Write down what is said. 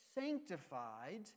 sanctified